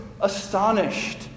astonished